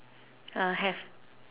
uh have